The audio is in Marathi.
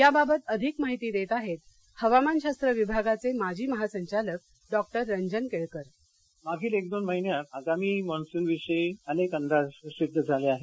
याबाबत अधिक माहिती देत आहेत हवामान शास्त्र विभागाचे माजी महासंचालक डॉ रंजन केळकर मागील एक दोन महिन्यात आगामी मान्सून विषयी अनेक अंदाज प्रसिद्ध झाले आहेत